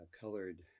colored